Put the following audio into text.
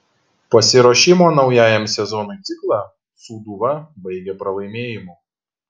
pasiruošimo naujajam sezonui ciklą sūduva baigė pralaimėjimu